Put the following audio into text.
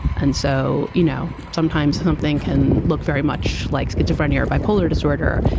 and so, you know, sometimes something can look very much like schizophrenia or bipolar disorder.